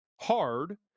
hard